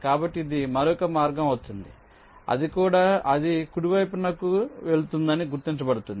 కాబట్టి ఇది మరొక మార్గం అవుతుంది అది కుడి వైపునకు కు వెళ్తుందని గుర్తించబడుతుంది